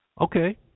okay